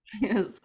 yes